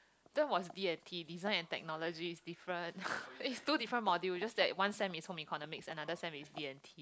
that was D and T design and technology is different it's two different module it's just that one sem is home economics another sem is D and T